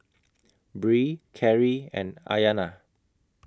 Bree Kerri and Ayanna